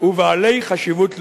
ובעלי חשיבות לאומית.